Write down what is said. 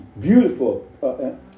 beautiful